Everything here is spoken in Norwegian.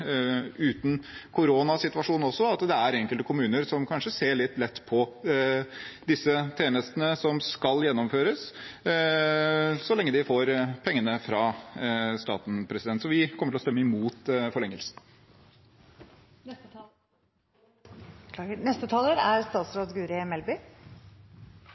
også uten koronasituasjonen, at enkelte kommuner kanskje tar litt lett på disse tjenestene, som skal gjennomføres så lenge de får pengene fra staten. Så vi kommer til å stemme imot forlengelsen.